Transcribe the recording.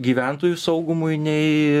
gyventojų saugumui nei